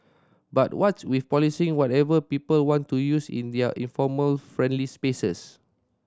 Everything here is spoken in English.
but what's with policing whatever people want to use in their informal friendly spaces